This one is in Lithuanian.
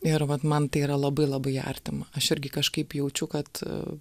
ir vat man tai yra labai labai artima aš irgi kažkaip jaučiu kad